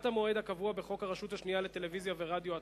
המועד הקבוע בחוק הרשות השנייה לטלוויזיה ורדיו,